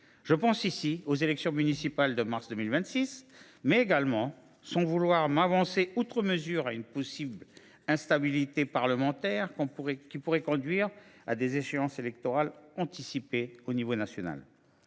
Je pense ici aux élections municipales de mars 2026, mais également, sans vouloir m’avancer outre mesure, à une possible instabilité parlementaire qui pourrait conduire à des échéances électorales anticipées à l’échelon national.